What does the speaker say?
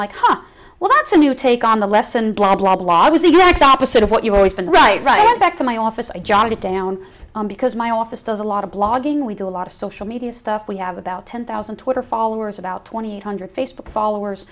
ha well that's a new take on the lesson blah blah blah i was exact opposite of what you've always been right right back to my office i jotted it down because my office does a lot of blogging we do a lot of social media stuff we have about ten thousand twitter followers about twenty eight hundred facebook followers